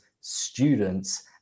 students